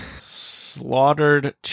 Slaughtered